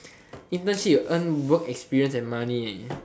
internship you earn work experience and money eh